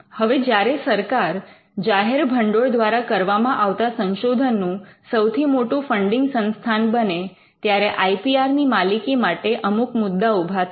હવે જ્યારે સરકાર જાહેર ભંડોળ દ્વારા કરવામાં આવતા સંશોધનનું સૌથી મોટુ ફંડિંગ સંસ્થાન બને ત્યારે આઈ પી આર ની માલિકી માટે અમુક મુદ્દા ઉભા થાય